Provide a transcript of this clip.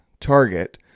target